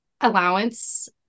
allowance